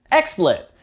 xsplit,